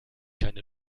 keine